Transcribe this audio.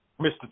Mr